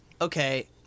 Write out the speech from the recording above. okay